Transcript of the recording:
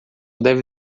deve